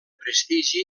prestigi